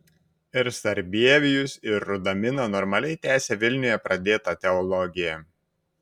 ir sarbievijus ir rudamina normaliai tęsė vilniuje pradėtą teologiją